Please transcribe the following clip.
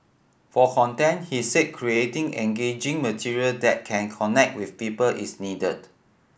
for content he said creating engaging material that can connect with people is needed